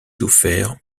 souffert